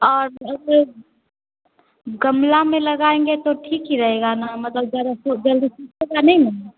और ये गमला में लगाएंगे तो ठीके रहेगा न मतलब ज्यादा जल्दी सूखेगा नहीं न